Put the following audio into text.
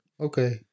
Okay